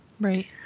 Right